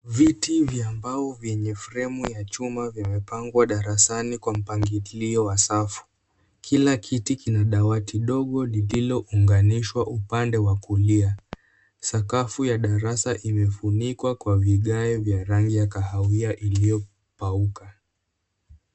Viti vya mbao vyenye fremu ya chuma vimepangwa darasani kwa mpangilio wa safu. Kila kiti kina dawati dogo lililo unganishwa upande wa kulia. Sakafu ya darasa imefunikwa kwa vigae vya rangi ya kahawia iliyo pauka.